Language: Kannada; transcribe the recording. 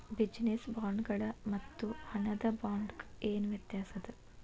ಬಿಜಿನೆಸ್ ಬಾಂಡ್ಗಳ್ ಮತ್ತು ಹಣದ ಬಾಂಡ್ಗ ಏನ್ ವ್ಯತಾಸದ?